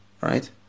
right